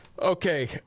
Okay